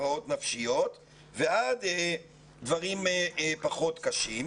הפרעות נפשיות ועד דברים פחות קשים.